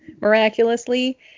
miraculously